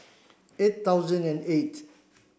eight thousand and eight